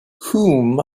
whom